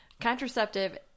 Contraceptive